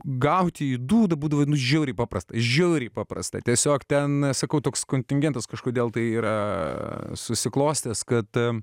gauti į dūdą būdavo žiauriai paprasta žiauriai paprasta tiesiog ten sakau toks kontingentas kažkodėl tai yra susiklostęs kad